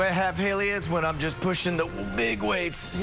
i have really is what i'm just pushing the big weights,